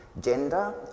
gender